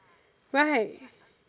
right